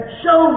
show